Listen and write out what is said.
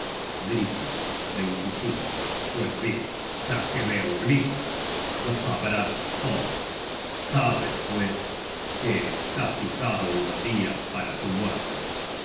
griper pues bien ya que me obligas lo sabrás todo sabe pues que está fijado un dia para tu muerte